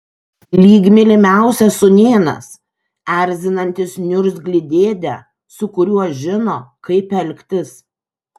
lyg mylimiausias sūnėnas erzinantis niurzglį dėdę su kuriuo žino kaip elgtis